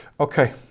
Okay